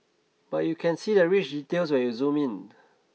but you can see the rich details when you zoom in